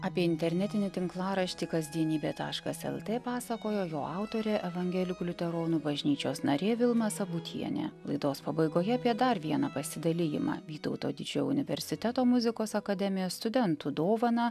apie internetinį tinklaraštį kasdienybė taškas lt pasakojo jo autorė evangelikų liuteronų bažnyčios narė vilma sabutienė laidos pabaigoje apie dar vieną pasidalijimą vytauto didžiojo universiteto muzikos akademijos studentų dovaną